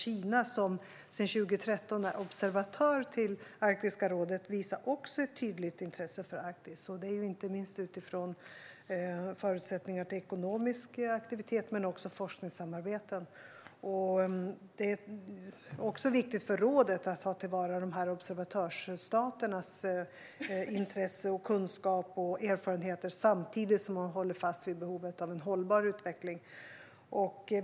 Kina, som sedan 2013 är observatör i Arktiska rådet, visar också ett tydligt intresse för Arktis, inte minst med tanke på förutsättningar för ekonomisk aktivitet och för forskningssamarbeten. Det är också viktigt för rådet att ta till vara observatörsstaternas intresse, kunskap och erfarenheter, samtidigt som man håller fast vid behovet av en hållbar utveckling.